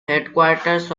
headquarters